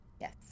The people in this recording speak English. Yes